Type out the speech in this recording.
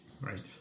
right